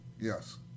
Yes